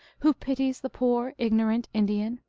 who pities the poor ignorant indian?